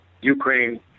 Ukraine